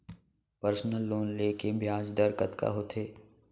Personal loan ले के ब्याज दर कतका होथे?